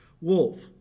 wolf